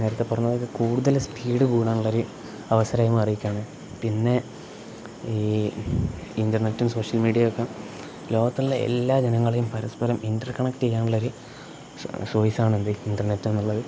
നേരത്തെ പറഞ്ഞത് ഒക്കെ കൂടുതൽ സ്പീഡ് കൂടാനുള്ള ഒരു അവസരമായി എന്ന് അറിയിക്കുകയാണ് പിന്നെ ഈ ഇൻന്റർനെറ്റും സോഷ്യൽ മീഡിയ ഒക്കെ ലോകത്തുള്ള എല്ലാ ജനങ്ങളെയും പരസ്പരം ഇന്റർ കണക്ട് ചെയ്യാനുള്ള ഒരു സോയിസ് ആണ് എന്ത് ഇൻറർനെറ്റ് എന്നുള്ളത്